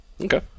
Okay